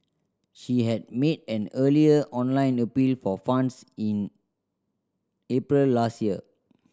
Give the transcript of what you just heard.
she had made an earlier online appeal for funds in April last year